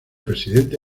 presidente